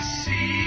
see